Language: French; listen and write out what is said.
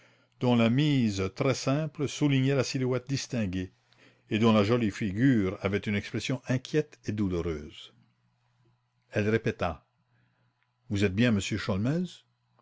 dont la mise très simple soulignait la silhouette distinguée comme il se taisait par habitude de prudence elle répéta vous êtes bien monsieur